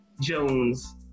Jones